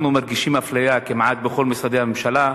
אנחנו מרגישים אפליה כמעט בכל משרדי הממשלה,